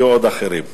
ויהיו עוד אחרים.